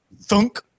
Thunk